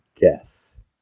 death